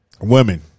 Women